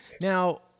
Now